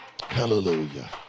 hallelujah